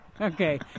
Okay